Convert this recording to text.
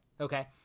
Okay